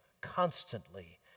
constantly